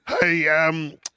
Hey